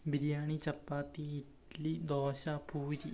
biryani chapati idli dosa puri